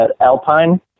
Alpine